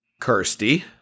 Kirsty